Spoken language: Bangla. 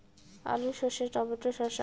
আলু সর্ষে টমেটো শসা